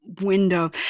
window